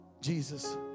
Jesus